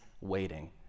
waiting